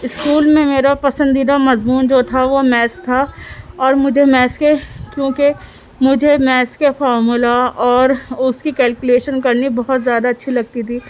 school میں میرا پسندیدہ مضمون جو تھا وہ میتھس تھا اور مجھے میتھس کے کیوںکہ مجھے میتھس کے فارمولا اور اس کی کیلکولیشن کرنی بہت زیادہ اچھی لگتی تھی